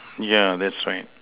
yeah that's right